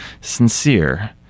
sincere